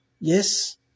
Yes